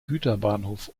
güterbahnhof